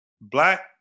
Black